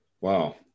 wow